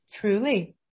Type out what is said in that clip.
Truly